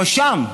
שהואשם,